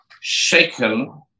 shaken